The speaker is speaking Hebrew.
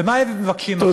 ומה הם מבקשים עכשיו?